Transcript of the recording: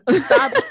stop